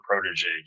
protege